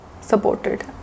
supported